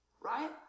right